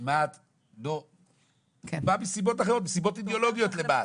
היא באה מסיבות אחרות, מסיבות אידיאולוגיות למה"ט.